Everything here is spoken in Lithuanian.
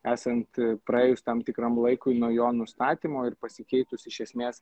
esant praėjus tam tikram laikui nuo jo nustatymo ir pasikeitus iš esmės